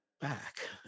back